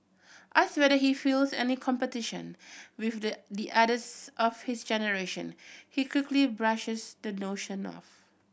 asked whether he feels any competition with the the others of his generation he quickly brushes the notion off